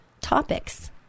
topics